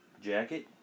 jacket